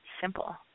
simple